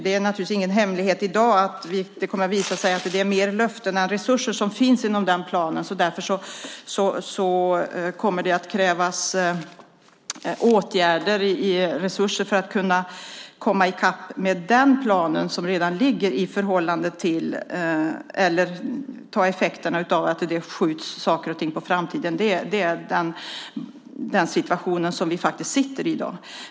Det är naturligtvis ingen hemlighet i dag att det kommer att visa sig att det finns mer löften än resurser inom den planen. Därför kommer det att krävas resurser för att komma i kapp med den plan som redan föreligger så att inte effekten blir att saker och ting skjuts på framtiden. Det är den situation som vi befinner oss i i dag.